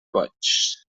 boigs